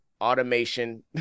automation